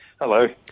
Hello